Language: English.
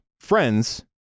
friends